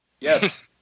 Yes